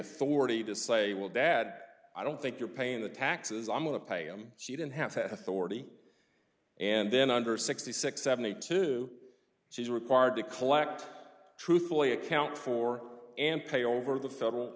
authority to say well dad i don't think you're paying the taxes i'm going to pay him she didn't have to authority and then under sixty six seventy two she's required to collect truthfully account for and pay over the federal